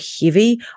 heavy